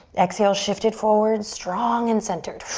exhale, shift it forward, strong and centered.